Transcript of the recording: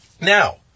Now